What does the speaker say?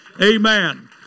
Amen